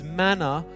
manner